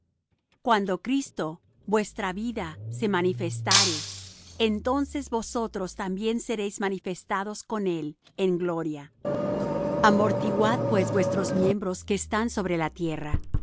cuando cristo vuestra vida se manifestare entonces vosotros también seréis manifestados con él en gloria amortiguad pues vuestros miembros que están sobre la tierra